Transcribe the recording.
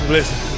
Listen